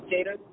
Jada